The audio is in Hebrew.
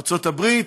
ארצות-הברית,